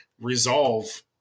resolve